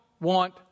want